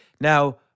Now